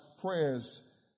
prayers